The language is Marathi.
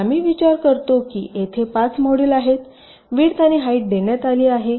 तरआम्ही विचार करतो की येथे 5 मॉड्यूल आहेत विड्थ आणि हाईट देण्यात आली आहेत